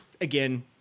again